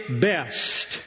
best